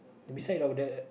beside of the